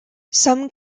some